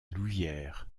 louvière